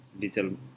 little